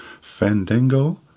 Fandango